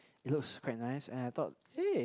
it looks quite nice and I thought hey